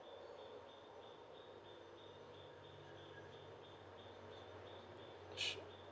s~